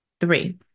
Three